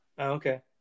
Okay